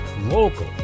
local